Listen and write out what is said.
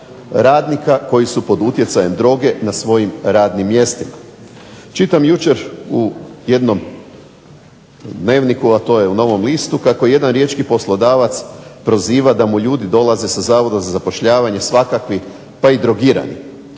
radnika koji su pod utjecajem droge na svojim radnim mjestima. Čitam jučer u jednom dnevniku, a to je u "Dnevnom listu" kako jedan riječki poslodavac proziva da mu ljudi dolaze sa Zavoda za zapošljavanje svakakvi pa i drogirani.